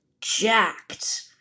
jacked